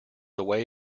away